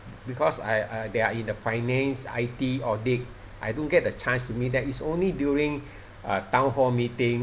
because I I they are in a finance I_T audit I don't get a chance to meet them it's only during a town hall meeting